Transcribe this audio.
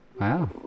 Wow